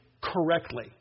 correctly